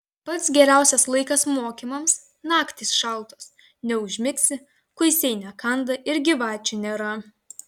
pats geriausias laikas mokymams naktys šaltos neužmigsi kuisiai nekanda ir gyvačių nėra